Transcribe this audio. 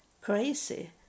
crazy